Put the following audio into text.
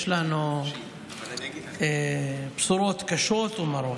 יש לנו בשורות קשות ומרות.